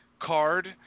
card